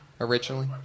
originally